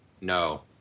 No